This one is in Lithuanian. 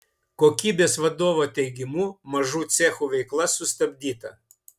kokybės vadovo teigimu mažų cechų veikla sustabdyta